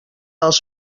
els